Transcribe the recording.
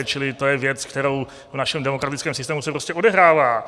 Čili to je věc, která v našem demokratickém systému se prostě odehrává.